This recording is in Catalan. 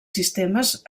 sistemes